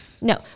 no